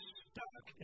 stuck